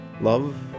Love